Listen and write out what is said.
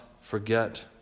forget